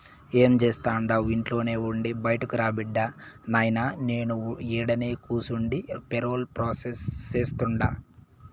ఏం జేస్తండావు ఇంట్లోనే ఉండి బైటకురా బిడ్డా, నాయినా నేను ఈడనే కూసుండి పేరోల్ ప్రాసెస్ సేస్తుండా